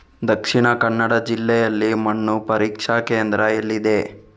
ದಕ್ಷಿಣ ಕನ್ನಡ ಜಿಲ್ಲೆಯಲ್ಲಿ ಮಣ್ಣು ಪರೀಕ್ಷಾ ಕೇಂದ್ರ ಎಲ್ಲಿದೆ?